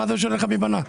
מה זה משנה לך מי בנה?